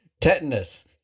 Tetanus